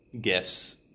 gifts